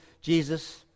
Jesus